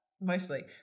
Mostly